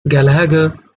gallagher